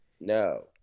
No